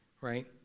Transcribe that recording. right